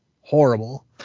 horrible